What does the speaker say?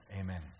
Amen